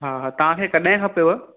हा हा तव्हां खे कॾहिं खपेव